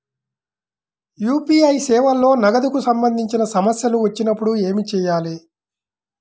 UPI సేవలలో నగదుకు సంబంధించిన సమస్యలు వచ్చినప్పుడు ఏమి చేయాలి?